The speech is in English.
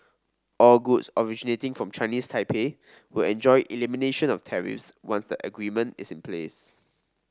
all goods originating from Chinese Taipei will enjoy elimination of tariffs once the agreement is in place